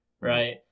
right